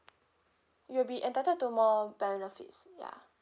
you'll be entitled to more benefits ya